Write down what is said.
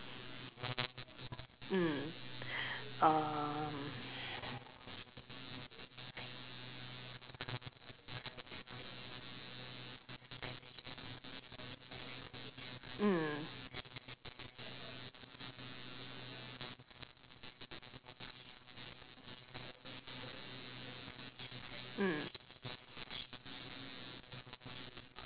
mm uh mm mm